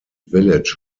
village